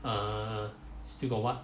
err still got [what]